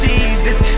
Jesus